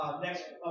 Next